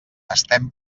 estem